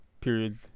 periods